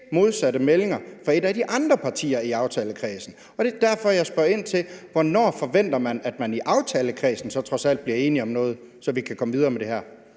modsatte meldinger fra et af de andre partier i aftalekredsen. Det er derfor, jeg spørger ind til, hvornår man forventer at man i aftalekredsen så trods alt bliver enige om noget, så vi kan komme videre med det her.